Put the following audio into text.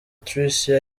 tricia